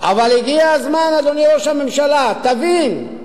אבל הגיע הזמן, אדוני ראש הממשלה, תבין,